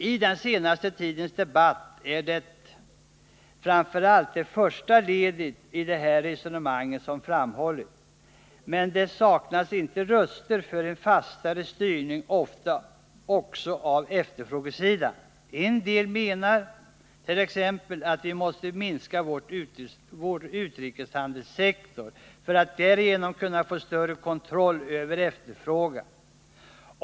I den senaste tidens debatt är det framför allt det första ledet i det här resonemanget som framhållits. Men det saknas inte röster för en fastare styrning också av efterfrågesidan. En del menar t.ex. att vi bör minska vår utrikeshandelssektor för att därigenom kunna få större kontroll över efterfrågan.